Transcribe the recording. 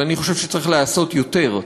אבל אני חושב שצריך לעשות יותר,